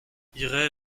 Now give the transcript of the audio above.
irai